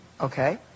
Okay